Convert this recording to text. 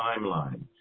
timeline